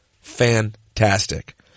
fantastic